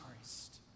Christ